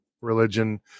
religion